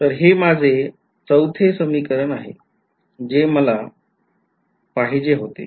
तर हे माझे चौथे समीकरण आहे जे मला पाहिजे होते